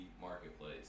marketplace